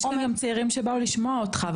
יש כאן גם צעירים שבאו לשמוע אותך,